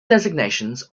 designations